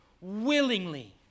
willingly